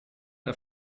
der